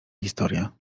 historia